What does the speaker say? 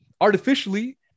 artificially